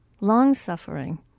long-suffering